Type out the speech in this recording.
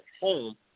home